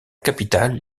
capitale